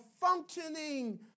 functioning